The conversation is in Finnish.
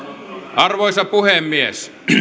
arvoisa puhemies